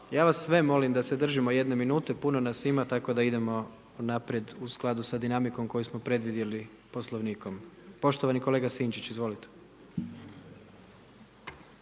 Ja vas sve molim da se držimo jedne minute, puno nas ima tako da idemo unaprijed u skladu sa dinamikom koju smo predvidjeli Poslovnikom. Poštovani kolega Sinčić, izvolite.